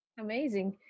amazing